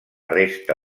resta